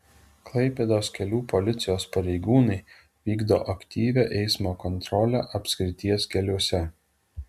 klaipėdos kelių policijos pareigūnai vykdo aktyvią eismo kontrolę apskrities keliuose